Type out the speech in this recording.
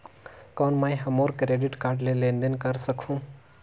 कौन मैं ह मोर क्रेडिट कारड ले लेनदेन कर सकहुं?